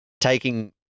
taking